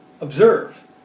Observe